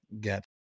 Get